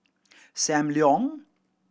Sam Leong